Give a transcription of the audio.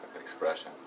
expression